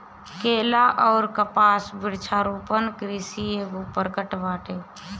केला अउर कपास वृक्षारोपण कृषि एगो प्रकार बाटे